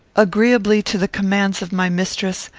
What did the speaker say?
agreeably to the commands of my mistress,